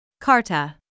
Carta